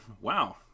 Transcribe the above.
Wow